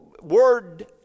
word